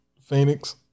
Phoenix